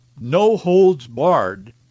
no-holds-barred